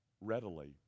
readily